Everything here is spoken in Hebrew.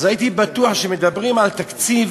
אז הייתי בטוח שמדברים על תקציב